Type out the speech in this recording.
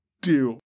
deal